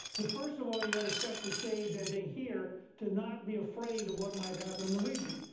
but, first of all, you've got to set the stage, i think, here to not be afraid of what might happen in the region.